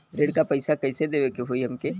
ऋण का पैसा कइसे देवे के होई हमके?